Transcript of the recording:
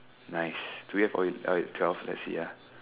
nice do we have all all twelve let's see ah